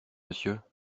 monsieur